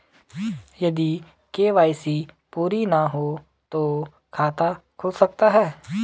यदि के.वाई.सी पूरी ना हो तो खाता खुल सकता है?